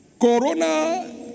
Corona